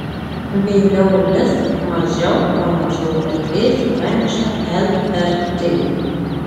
vėliau lis mažiau pamažu orai vės praneša lrt